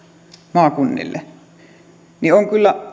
maakunnille on kyllä